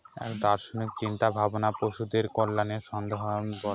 এক দার্শনিক চিন্তা ভাবনা পশুদের কল্যাণের সম্বন্ধে বলে